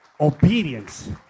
Obedience